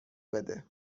بده